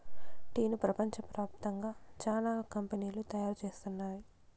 టీను ప్రపంచ వ్యాప్తంగా చానా కంపెనీలు తయారు చేస్తున్నాయి